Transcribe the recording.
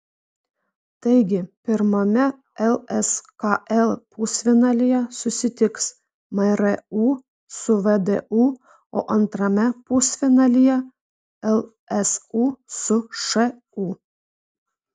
taigi pirmame lskl pusfinalyje susitiks mru su vdu o antrame pusfinalyje lsu su šu